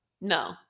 No